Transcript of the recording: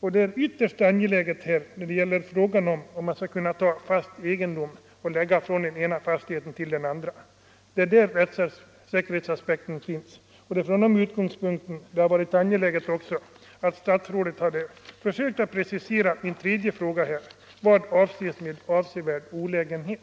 och det är ytterst angeläget när det gäller frågan om man skall kunna ta fast egendom från den ena fastigheten för att lägga till den andra. Det är här rättssäkerhetsaspekten finns, och det är från den utgångspunkten det också hade varit angeläget att statsrådet försökt precisera svaret på min tredje fråga: Vad avses med avsevärd olägenhet?